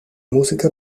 música